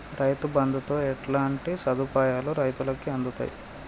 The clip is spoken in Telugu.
రైతు బంధుతో ఎట్లాంటి సదుపాయాలు రైతులకి అందుతయి?